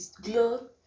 Glow